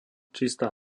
čistá